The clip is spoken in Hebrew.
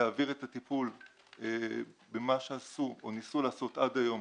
להעביר את הטיפול במה שניסו לעשות עד היום